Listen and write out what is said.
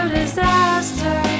disaster